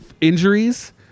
Injuries